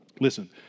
listen